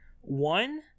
One